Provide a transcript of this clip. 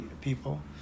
people